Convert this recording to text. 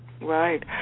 Right